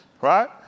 Right